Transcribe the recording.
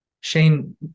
shane